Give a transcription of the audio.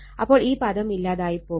അപ്പോൾ ഈ പദം ഇല്ലാതെയായി പോകും